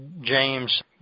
James